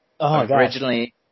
Originally